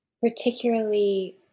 particularly